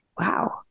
Wow